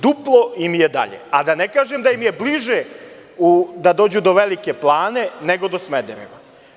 Duplo im je dalje, a da ne kažem da im je bliže da dođu do Velike Plane, nego do Smedereva.